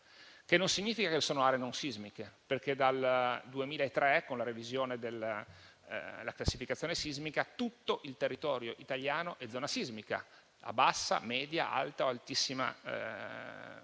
però non significa che sono aree non sismiche, perché dal 2003, con la revisione della classificazione sismica, tutto il territorio italiano è zona sismica a bassa, media, alta o altissima